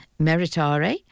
Meritare